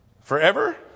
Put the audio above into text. Forever